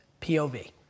POV